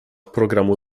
programu